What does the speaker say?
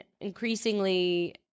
increasingly